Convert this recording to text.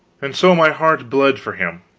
and so my heart bled for him,